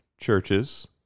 churches